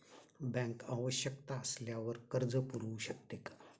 Bank आवश्यकता असल्यावर कर्ज पुरवू शकते का?